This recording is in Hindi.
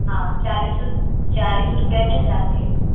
हाँ चालीस चालीस रुपये में चार मिलेगा